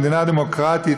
במדינה דמוקרטית,